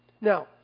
Now